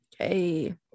Okay